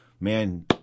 man